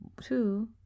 two